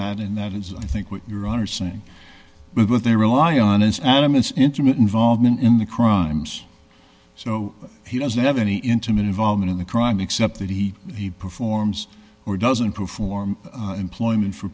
that and that is i think what your are saying but what they rely on is adam is intimate involvement in the crimes so he doesn't have any intimate involvement in the crime except that he he performs or doesn't perform employment for